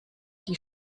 die